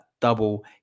double